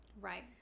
Right